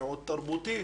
מיעוט תרבותי